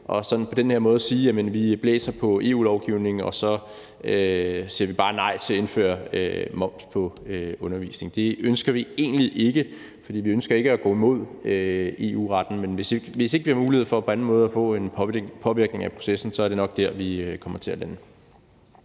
på den her måde at sige, at vi blæser på EU-lovgivningen, og så siger vi bare nej til at indføre moms på undervisning. Det ønsker vi egentlig ikke, for vi ønsker ikke at gå imod EU-retten, men hvis ikke vi har mulighed for på anden måde at kunne påvirke processen, er det nok der, vi kommer til at lande.